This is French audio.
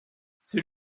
c’est